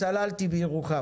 סללתי בירוחם,